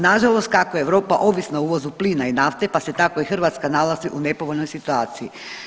Nažalost kako je Europa ovisna o uvozu plina i nafte, pa se tako i Hrvatska nalazi u nepovoljnoj situaciji.